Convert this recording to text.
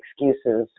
excuses